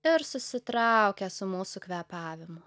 ir susitraukia su mūsų kvėpavimu